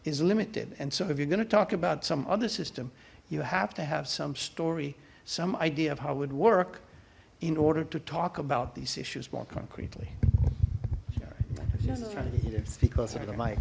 is limited and so if you're going to talk about some other system you have to have some story some idea of how would work in order to talk about these issues more concretely